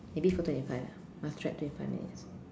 maybe four twenty five ah must check twenty five minutes